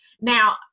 Now